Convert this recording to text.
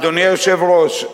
אדוני היושב-ראש,